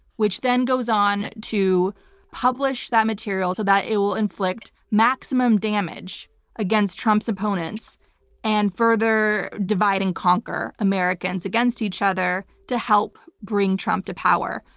which then goes on to publish that material so that it will inflict maximum damage against trump's opponents and further divide and conquer americans against each other to help bring trump to power.